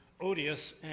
Odious